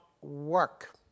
work